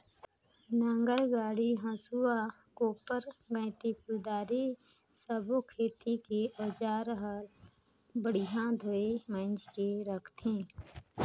नांगर डांडी, हसुआ, कोप्पर गइती, कुदारी सब्बो खेती के अउजार हल बड़िया धोये मांजके राखथे